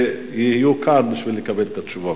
להיות כאן כדי לקבל את התשובות.